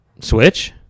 Switch